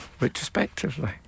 retrospectively